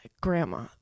Grandma